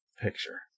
picture